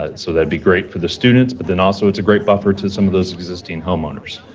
ah so, that'd be great for the students, but then also, it's a great buffer to some of those existing homeowners,